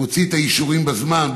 מוציא את האישורים בזמן,